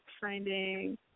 finding